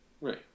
right